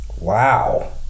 Wow